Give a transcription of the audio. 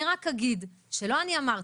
אני רק אגיד שלא אני אמרתי,